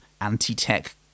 anti-tech